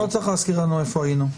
אתה לא צריך להזכיר לנו איפה היינו.